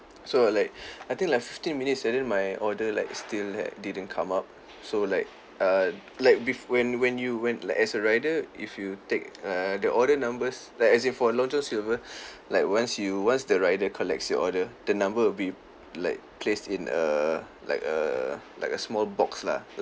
so like I think like fifteen minutes and then my order like still ha~ didn't come up so like uh like bef~ when when you when like as a rider if you take err the order numbers like as in for long john's silver like once you once the rider collects your order the number will be like placed in err like err like a small box lah